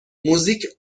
موزیک